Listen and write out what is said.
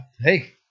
Hey